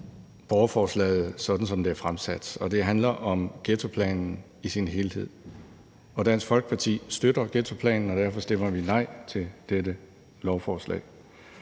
borgerforslaget, sådan som det er fremsat, og det handler om ghettoplanen i sin helhed. Dansk Folkeparti støtter ghettoplanen, og derfor stemmer vi nej til dette forslag.